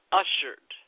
ushered